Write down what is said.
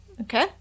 Okay